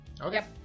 okay